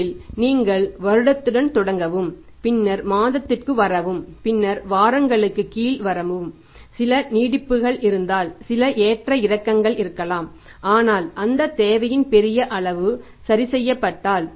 முதலில் நீங்கள் வருடத்துடன் தொடங்கவும் பின்னர் மாதத்திற்கு வரவும் பின்னர் வாரங்களுக்கு கீழே வரவும் சில நீட்டிப்புகள் இருந்தால் சில ஏற்ற இறக்கங்கள் இருக்கலாம் ஆனால் அந்தத் தேவையின் பெரிய அளவு சரி செய்யப்பட்டால்